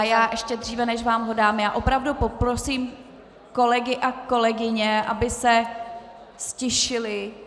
A ještě dříve než vám ho dám, opravdu poprosím kolegy a kolegyně, aby se ztišili!